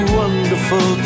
wonderful